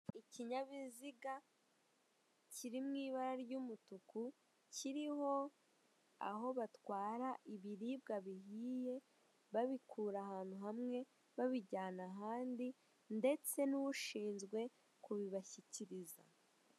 Ikinyabiziga kiri mw'ibara ry'umutuku kiriho aho batwara ibiribwa bihiye, babikura ahantu hamwe babijyana ahandi, ndetse n'ushinzwe kubibashyikiriza.